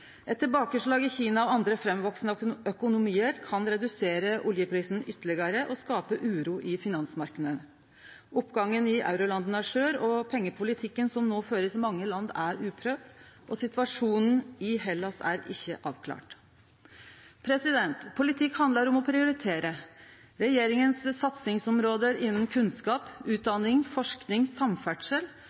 Eit tilbakeslag i Kina og i andre framveksande økonomiar kan redusere oljeprisen ytterlegare og skape uro i finansmarknadene. Oppgangen i eurolanda er skjør. Pengepolitikken som no blir ført i mange land, er uprøvd, og situasjonen i Hellas er ikkje avklart. Politikk handlar om å prioritere. Regjeringa sine satsingsområde innan kunnskap, utdanning, forsking, samferdsel